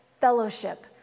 fellowship